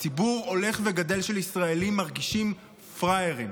שציבור הולך וגדל של ישראלים מרגישים פראיירים,